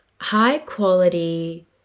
high-quality